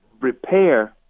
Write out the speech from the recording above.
repair